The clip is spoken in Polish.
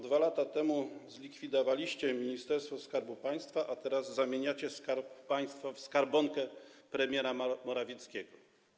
2 lata temu zlikwidowaliście Ministerstwo Skarbu Państwa, a teraz zamieniacie Skarb Państwa w skarbonkę premiera Morawieckiego.